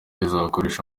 izakoresha